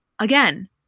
Again